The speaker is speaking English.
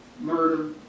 Murder